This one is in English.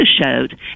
showed